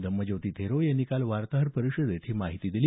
धम्मज्योती थेरो यांनी काल वार्ताहर परिषदेत ही माहिती दिली